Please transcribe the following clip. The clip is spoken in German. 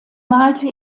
malte